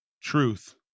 truth